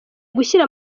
gushyira